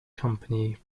company